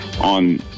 on